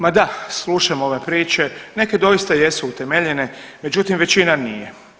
Ma da, slušam ove priče, neke doista jesu utemeljene, međutim većina nije.